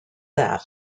that